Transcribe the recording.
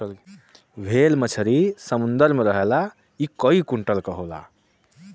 whale मछरी समुंदर में रहला इ कई कुंटल क होला